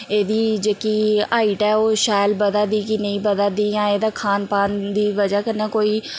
एह्दी जेह्की हाइट ऐ ओह् शैल बधा दी कि नेईं बधा दी जां एह्दा खान पान दी बजह् कन्नै कोई